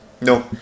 no